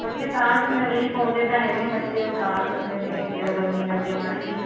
ਬੱਚੇ ਤਾਰ ਦਿੰਦੇ ਨੇ ਜੀ ਪਾਉਂਦੇ ਤਾਂ ਹੈਗੇ ਹਾਂ ਬੱਚੇ ਉਤਾਰ ਦਿੰਦੇ ਨੇ ਜਦੋਂ ਗਰਮੀ ਲੱਗਦੀ ਮਾੜੀ ਜੀ